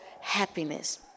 happiness